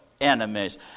enemies